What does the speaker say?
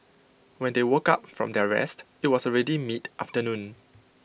when they woke up from their rest IT was already mid afternoon